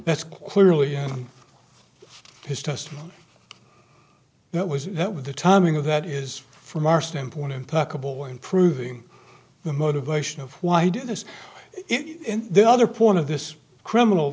that's clearly his testimony that was that with the timing of that is from our standpoint in packable improving the motivation of why do this if the other point of this criminal